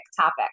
topic